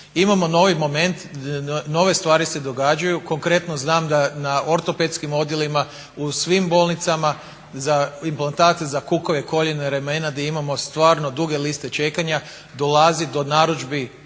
Imamo novi moment, nove stvari se događaju, konkretno znam da na ortopedskim odjelima u svim bolnicama implatanti za kukove, koljena i ramena gdje imamo stvarno duge liste čekanja dolazi do narudžbi veće